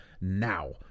Now